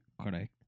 Correct